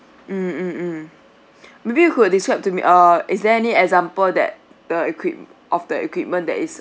mm mm mm maybe you could describe to me err is there any example that the equip~ of the equipment that is